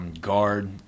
guard